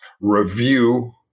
review